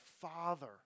father